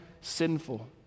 sinful